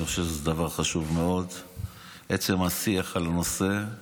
אני חושב שזה דבר חשוב מאוד, עצם השיח על הנושא.